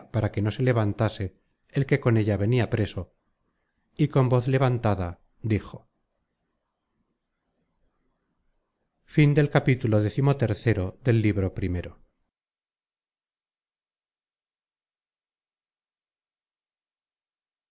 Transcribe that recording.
para que no se levantase el que con ella venia preso y con voz levantada dijo